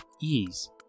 ease